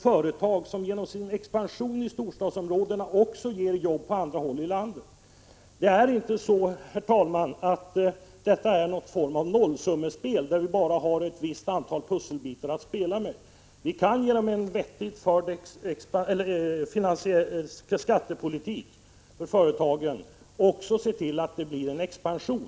Företag kan genom sin expansion i storstadsområdena också ge jobb på andra håll i landet. Detta är inte någon form av nollsummespel, där det bara finns ett visst antal bitar att spela med. Vi kan, bl.a. genom att föra en vettig skattepolitik gentemot företagen, också se till att det blir en expansion.